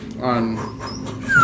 on